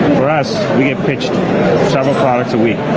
for us, we get pitched several products a week.